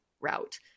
route